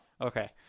Okay